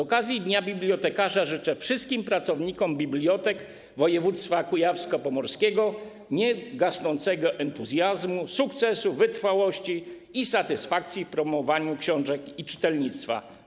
Z okazji Dnia Bibliotekarza i Bibliotek życzę wszystkim pracownikom bibliotek województwa kujawsko-pomorskiego niegasnącego entuzjazmu, sukcesów, wytrwałości i satysfakcji z promowania książek i czytelnictwa.